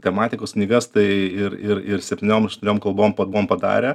tematikos knygas tai ir ir ir septyniom aštuoniom kalbom buvom padarę